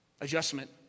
Adjustment